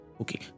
Okay